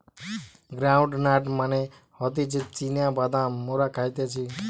ground nut মানে হতিছে চীনা বাদাম মোরা খাইতেছি